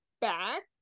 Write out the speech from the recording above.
back